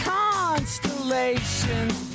constellations